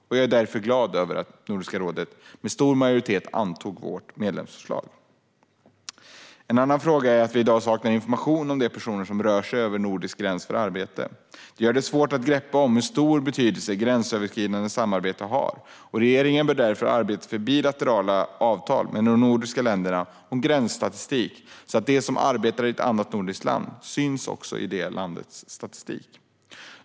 Därför är jag glad över att Nordiska rådet med en stor majoritet antog vårt medlemsförslag. En annan fråga gäller att vi i dag saknar information om de personer som rör sig över en nordisk gräns för att arbeta. Det gör det svårt att greppa hur stor betydelse gränsöverskridande samarbete har. Regeringen bör därför arbeta för bilaterala avtal mellan de nordiska länderna om gränsstatistik, så att de som arbetar i ett annat nordiskt land syns också i det landets statistik.